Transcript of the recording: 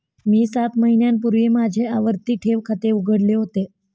मी सात महिन्यांपूर्वी माझे आवर्ती ठेव खाते उघडले होते